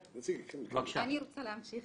אני רוצה להמשיך.